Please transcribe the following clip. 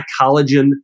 collagen